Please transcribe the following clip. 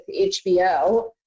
HBO